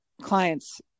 clients